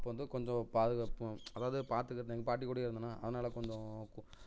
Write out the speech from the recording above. அப்போது வந்து கொஞ்சம் பாதுகாப்பும் அதாவது பார்த்துக்கறதுக்கு எங்கள் பாட்டி கூடயே இருந்தேன்னா அதனால் கொஞ்ச